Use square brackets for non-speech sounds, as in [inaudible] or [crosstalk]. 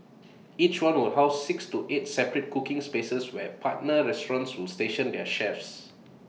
[noise] each one will house six to eight separate cooking spaces where partner restaurants will station their chefs